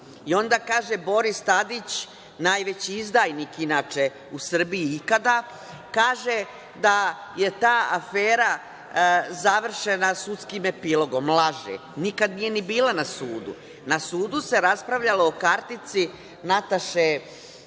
I onda Boris Tadić, najveći izdajnik inače u Srbiji ikada, kaže da je ta afera završena sudskim epilogom. Laže. Nikad nije ni bila na sudu. Na sudu se raspravljalo o kartici Nataše